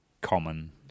common